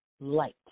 Light